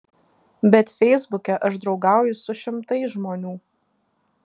bet feisbuke aš draugauju su šimtais žmonių